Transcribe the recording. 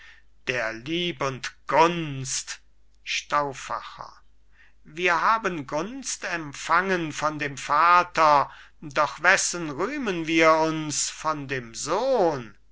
der lieb und gunst stauffacher wir haben gunst empfangen von dem vater doch wessen rühmen wir uns von dem sohn